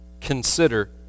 Consider